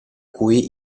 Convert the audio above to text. cui